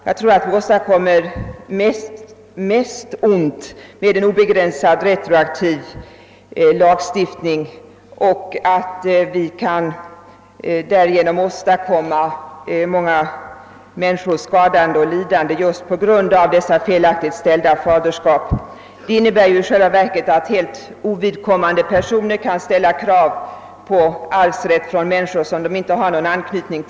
Jag tror att vi åstadkommer mest ont genom en obegränsat retroaktiv lagstiftning och att vi därigenom vållar många människor skada och lidanden på grund av felaktigt fastställda faderskap. En sådan retroaktiv tillämpning innebär ju att helt ovidkommande personer kan ställa krav på arvsrätt efter människor till vilka de inte har någon anknytning.